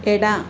ಎಡ